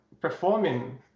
performing